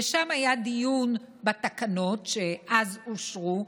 ושם היה דיון בתקנות שאז אושרו,